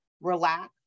relax